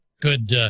good